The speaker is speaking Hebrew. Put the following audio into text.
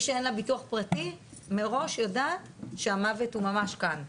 מי שאין לה ביטוח פרטי מראש יודעת שהמוות הוא ממש כאן,